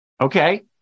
Okay